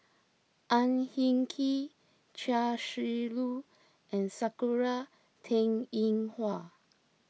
Ang Hin Kee Chia Shi Lu and Sakura Teng Ying Hua